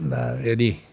दा रिदि